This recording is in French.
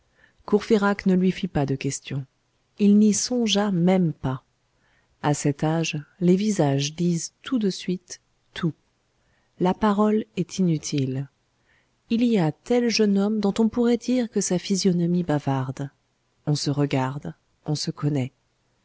courfeyrac ne lui fit pas de questions il n'y songea même pas à cet âge les visages disent tout de suite tout la parole est inutile il y a tel jeune homme dont on pourrait dire que sa physionomie bavarde on se regarde on se connaît